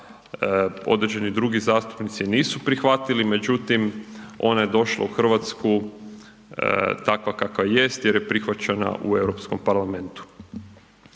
određeni drugi zastupnici je nisu prihvatili, međutim ona je došla u RH takva kakva jest jer je prihvaćena u Europskom parlamentu.